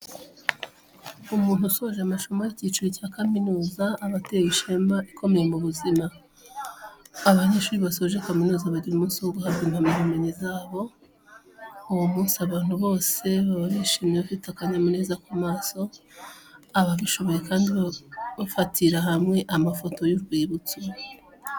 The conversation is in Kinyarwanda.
Umuntu usoje amasomo y'icyiciro cya kaminuza aba ateye intambwe ikomeye mu buzima. Abanyeshuri basoje kaminuza bagira umunsi wo guhabwa impamyabumenyi zabo. Uwo munsi abantu bose baba bishimye bafite akanyamuneza ku maso, ababishoboye kandi bafatira hamwe amafoto y'urwibutso.